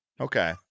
Okay